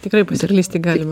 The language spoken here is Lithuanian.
tikrai pasiklysti galima